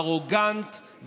ארוגנטי,